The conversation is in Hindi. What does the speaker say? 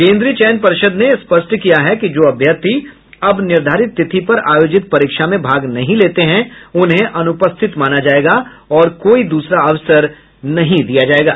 केन्द्रीय चयन परिषद् ने स्पष्ट किया है कि जो अभ्यर्थी अब निर्धारित तिथि पर आयोजित परीक्षा में भाग नहीं लेते हैं उन्हें अनुपस्थित माना जायेगा और कोई दूसरा अवसर नहीं दिया जायेगा